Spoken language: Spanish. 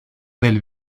del